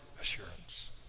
assurance